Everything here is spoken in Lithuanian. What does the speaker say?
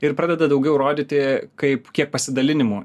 ir pradeda daugiau rodyti kaip kiek pasidalinimų